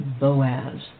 Boaz